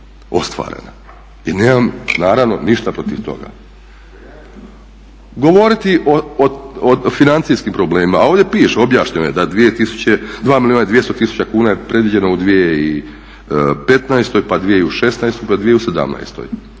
ostvarena. Ja nemam naravno ništa protiv toga. Govoriti o financijskim problemima, a ovdje piše, objašnjeno je da 2 milijuna i 200 tisuća kuna je predviđeno u 2015. pa dvije i u '16.